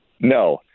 No